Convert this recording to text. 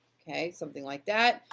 okay, something like that.